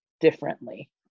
differently